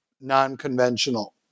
non-conventional